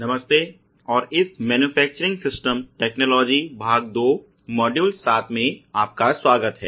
नमस्ते और इस मैनुफेक्चुरिंग सिस्टम टेक्नालजी भाग दो मॉड्यूल 7 में आपका स्वागत है